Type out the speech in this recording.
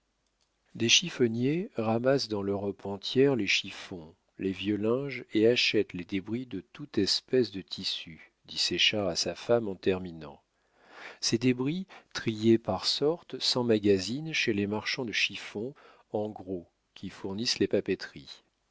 des chiffonniers ramassent dans l'europe entière les chiffons les vieux linges et achètent les débris de toute espèce de tissus dit séchard à sa femme en terminant ces débris triés par sortes s'emmagasinent chez les marchands de chiffons en gros qui fournissent les papeteries